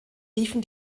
riefen